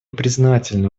признательны